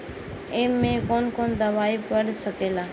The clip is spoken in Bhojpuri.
ए में कौन कौन दवाई पढ़ सके ला?